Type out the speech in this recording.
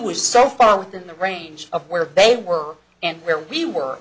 was so far within the range of where they work and where we w